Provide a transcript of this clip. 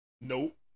nope